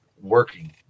working